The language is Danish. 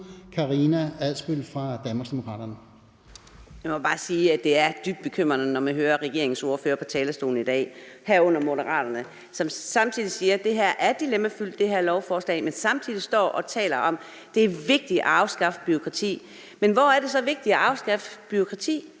Karina Adsbøl (DD): Jamen jeg må bare sige, at det er dybt bekymrende, når man hører regeringens ordførere på talerstolen i dag, herunder Moderaternes, som siger, at det her lovforslag er dilemmafyldt, men samtidig står man og taler om, at det er vigtigt at afskaffe bureaukrati. Men hvorfor er det så vigtigt at afskaffe bureaukrati?